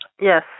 Yes